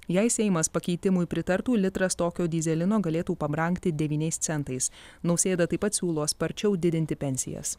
jei seimas pakeitimui pritartų litras tokio dyzelino galėtų pabrangti devyniais centais nausėda taip pat siūlo sparčiau didinti pensijas